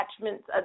attachments